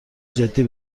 جدی